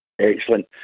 excellent